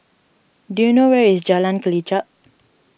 do you know where is Jalan Kelichap